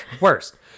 Worst